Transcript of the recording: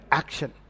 action